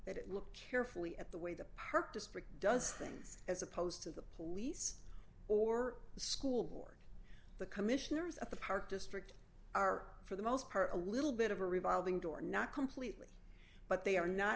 that it look carefully at the way the park district does things as opposed to the police or the school board the commissioners at the park district are for the most part a little bit of a revolving door not completely but they are not